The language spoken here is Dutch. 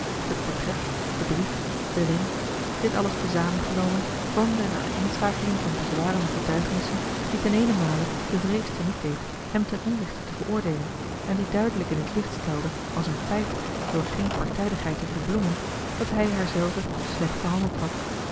het portret de brief de ring dit alles tezamen genomen vormde een aaneenschakeling van bezwarende getuigenissen die ten eenenmale de vrees te niet deed hem ten onrechte te veroordeelen en die duidelijk in het licht stelde als een feit door geen partijdigheid te verbloemen dat hij haarzelve slecht behandeld had